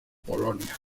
polonia